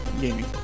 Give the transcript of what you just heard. gaming